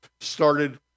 started